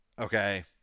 okay